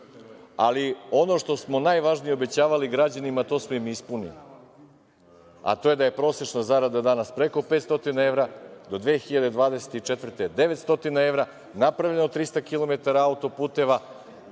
ali ono što smo najvažnije obećavali građanima, to smo im ispunili, a to je da je prosečna zarada danas preko 500 evra, do 2024. godine 900 evra, napravljeno 300 km autoputeva.